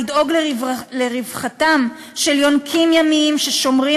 לדאוג לרווחתם של יונקים ימיים ששומרים